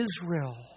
Israel